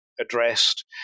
addressed